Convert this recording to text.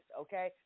okay